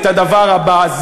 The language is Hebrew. את הדבר הבא.